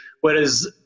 Whereas